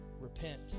Repent